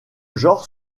genre